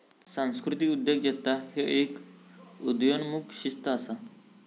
सांस्कृतिक उद्योजकता ह्य एक उदयोन्मुख शिस्त असा